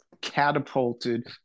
catapulted